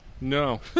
No